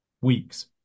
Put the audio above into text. weeks